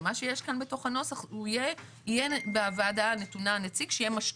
מה שיש כאן בתוך הנוסח - יהיה בוועדה הנתונה נציג שיהיה משקיף.